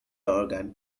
organ